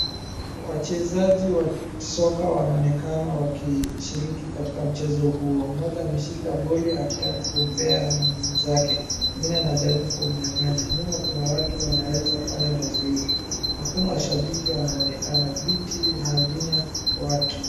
Wachezaji wa soka wanaonekana wakishiriki katika mchezo huo, mmoja ameshika boli akitaka kumpea mwenzake, mwingine anajaribu kumnyang'anya. Nyuma kuna watu wanaweza kufanya mazoezi, hakuna mashabiki wanaoonekana, viti havina watu.